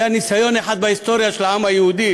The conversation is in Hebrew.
היה ניסיון אחד בהיסטוריה של העם היהודי